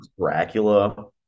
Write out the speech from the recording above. Dracula